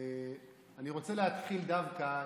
אני רוצה להתחיל דווקא,